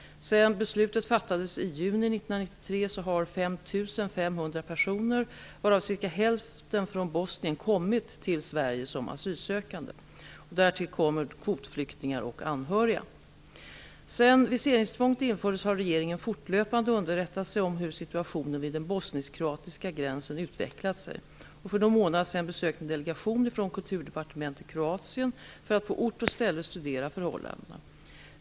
Sedan beslutet fattades i juni 1993 har ca 5 500 personer, varav ca hälften från Bosnien kommit till Sverige som asylsökande. Därtill kommer kvotflyktingar och anhöriga. Sedan viseringstvånget infördes har regeringen fortlöpande underrättat sig om hur situationen vid den bosnisk-kroatiska gränsen utvecklat sig. För någon månad sedan besökte en delegation från Kulturdepartementet Kroatien för att på ort och ställe studera förhållandena.